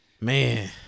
Man